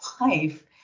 life